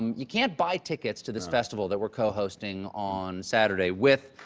you can't buy tickets to this festival that we're cohosting on saturday with,